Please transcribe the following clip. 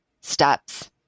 steps